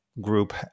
group